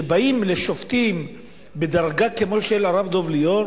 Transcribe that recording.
כשבאים לשופטים בדרגה כמו של הרב דב ליאור,